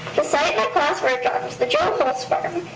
the site my class worked on was the joe hulse farm.